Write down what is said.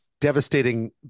devastating